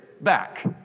back